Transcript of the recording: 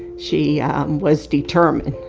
she ah um was determined,